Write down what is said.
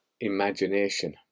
imagination